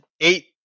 Eight